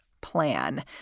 plan